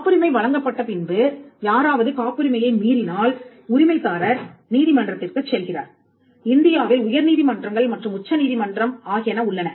காப்புரிமை வழங்கப்பட்ட பின்பு யாராவது காப்புரிமையை மீறினால் உரிமைதாரர் நீதிமன்றத்திற்குச் செல்கிறார் இந்தியாவில் உயர்நீதிமன்றங்கள் மற்றும் உச்சநீதிமன்றம் ஆகியன உள்ளன